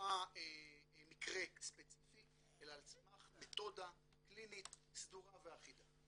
מקרה ספציפי אלא על סמך מתודה קלינית סדורה ואחידה.